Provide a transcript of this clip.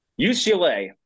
UCLA